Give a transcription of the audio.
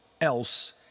else